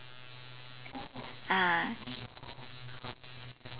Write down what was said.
ah